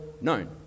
known